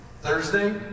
Thursday